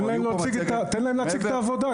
תן להם להציג את העבודה.